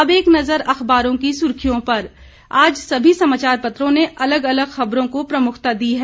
अब एक नज़र अखबारों की सुर्खियों पर आज सभी समाचार पत्रों ने अलग अलग खबरों को प्रमुखता दी है